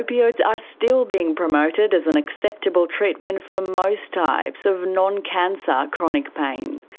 opioids are still being promoted as an acceptable treatment for most types of non-cancer chronic pain.